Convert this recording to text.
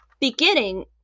beginning